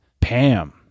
PAM